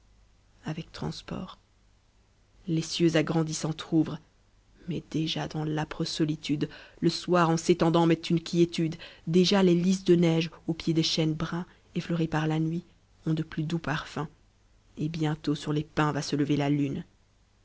les cieux agrandis mais déjà dans i'âpre solitude le soir en s'étendant met une quiétude déjà les lys de neige au pied des chênes bruns emcurés par la nuit ont de plus doux parfums et bientôt sur les pins va se lever la lune